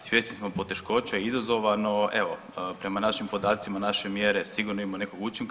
Svjesni smo poteškoća i izazova, no evo prema našim podacima naše mjere sigurno imaju nekog učinka.